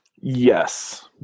Yes